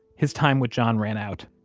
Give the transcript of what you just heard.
his time with john ran out.